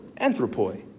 anthropoi